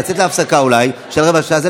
אולי לצאת להפסקה של רבע שעה.